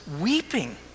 weeping